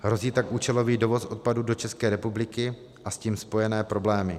Hrozí tak účelový dovoz odpadů do České republiky a s tím spojené problémy.